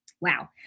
wow